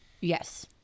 Yes